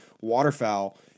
waterfowl